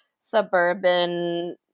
suburban